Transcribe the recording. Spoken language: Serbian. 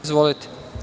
Izvolite.